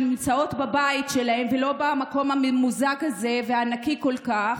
שנמצאות בבית שלהן ולא במקום הממוזג הזה והנקי כל כך,